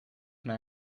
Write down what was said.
naar